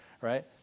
right